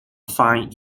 fine